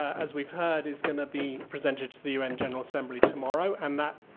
as we've heard, is gonna be presented to the u n. general assembly tomorrow and that,